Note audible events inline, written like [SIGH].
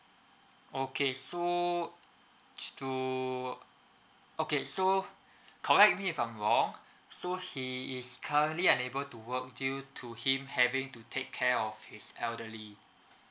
okay so [NOISE] to okay so correct me if I'm wrong so he is currently unable to work due to him having to take care of his elderly